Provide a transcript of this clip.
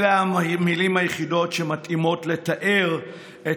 אלה המילים היחידות שמתאימות לתאר את